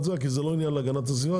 הסביבה כי זה לא עניין להגנת הסביבה,